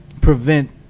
prevent